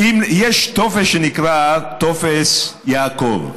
יש טופס שנקרא טופס יעקב.